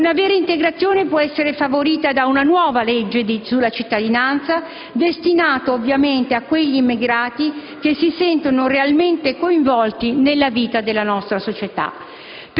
Una vera integrazione può essere favorita da una nuova legge sulla cittadinanza, destinata ovviamente a quegli immigrati che si sentano realmente coinvolti nella vita della nostra società.